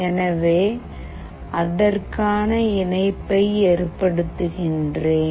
எனவே அதற்கான இணைப்பை ஏற்படுத்துகிறேன்